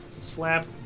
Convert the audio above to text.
Slap